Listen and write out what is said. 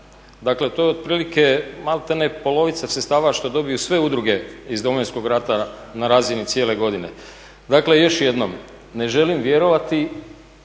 Dakle to je otprilike malte ne polovica sredstava što dobiju sve udruge iz Domovinskog rata na razini cijele godine. Dakle, još jednom, ne želim vjerovati